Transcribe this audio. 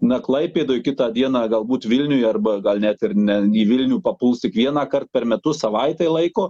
na klaipėdoj kitą dieną galbūt vilniuj arba gal net ir ne į vilnių papuls tik vienąkart per metus savaitei laiko